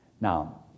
Now